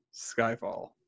Skyfall